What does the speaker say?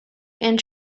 and